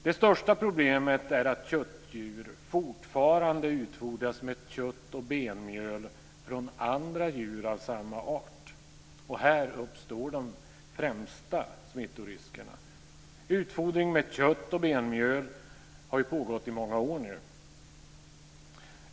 Det största problemet är att köttdjur fortfarande utfodras med kött och benmjöl från andra djur av samma art. Här uppstår de främsta smittoriskerna. Utfodring med kött och benmjöl har nu pågått i många år.